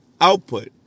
output